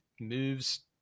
moves